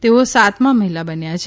તેઓ સાતમા મહિલા બન્યા છે